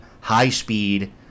high-speed